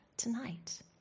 Tonight